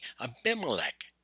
Abimelech